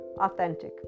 authentic